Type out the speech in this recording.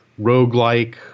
roguelike